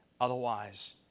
otherwise